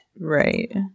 Right